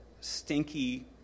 stinky